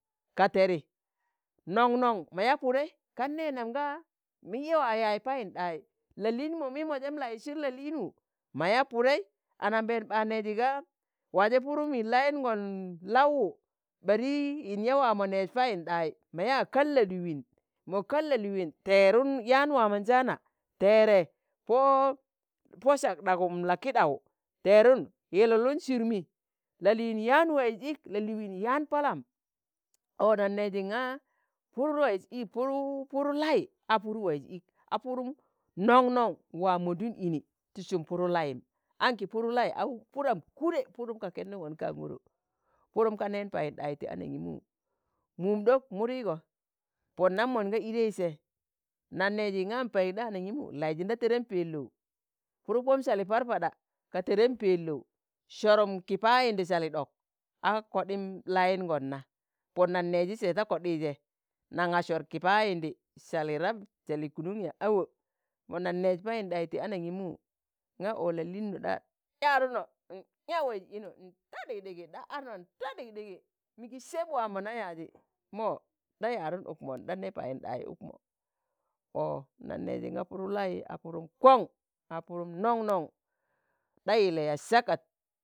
ka teri. noṇ-noṇ mo ya Pudei kan ne nam ga miye waa yaaz Payinɗai, la'liin mu mimo jem laijsin la'liin wu, ma yaa Pudei anambeen ba neji ga waaje Purum yi layingon laụ wu ɓari yin yaa waa mo neez payinɗai, ma yaa kal la'liuin mọ kal la'liiun teerun yaan waamonjaana teere, Pọ-Pọ sakɗagum la'kiɗaụ teerun yilulun sirumi, la'liin yaan waiz ik la'ligin yaan Palam ọ nan neji nga Puru waiz ik Puru lai a Puru waiz ik, a Purum noṇ-noṇ waa mondun ini ti sum Puru layim, anki Puru lai a Puram kuɗe Purum ka kenduṇgon kaan nḳọrọ Purum ka neen Payinɗai ti anangimu. Mum ɗok mudigo, pon nam mon ga idei se naṇ neji ṇga nPaiɗa anangimu n'laijin da terem peloụ, Puru kom sali Parpaɗa ka terem Pelou sorum ki payindi sali ɗok a koɗim layiṇgon na. Pon naṇ neji se nga koɗije naṇga sor ki payindi sali rab sali kanuṇ yaa? awo! Pon nan neez Payinɗai ti anangimu ng̣o ọ la'liino ɗa, yaaduna nyaa waiz ino nta ɗikɗigi, ɗa arno n'ta ɗikɗigi migi seb waamo na yaji mo, ɗa yadun ukmo nɗa ne payinɗayi ukmo, ọ nan neji nga Puru lai, a Purum koṇ a Purum noṇ-noṇ ɗa yile ya sakat.